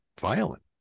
violent